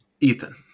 ethan